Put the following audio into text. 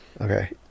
Okay